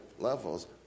levels